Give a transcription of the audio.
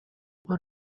one